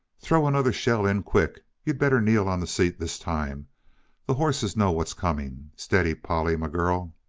throw another shell in, quick! you better kneel on the seat, this time the horses know what's coming. steady, polly, my girl!